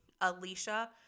Alicia